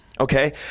Okay